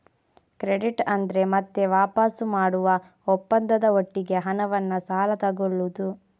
credit ಅಂದ್ರೆ ಮತ್ತೆ ವಾಪಸು ಮಾಡುವ ಒಪ್ಪಂದದ ಒಟ್ಟಿಗೆ ಹಣವನ್ನ ಸಾಲ ತಗೊಳ್ಳುದು